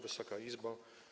Wysoka Izbo!